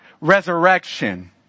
resurrection